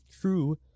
true